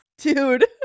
dude